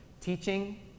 teaching